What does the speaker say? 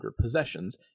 possessions